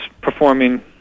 performing